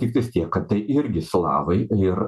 tiktais tiek kad tai irgi slavai ir